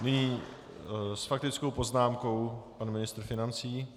Nyní s faktickou poznámkou pan ministr financí.